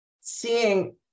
seeing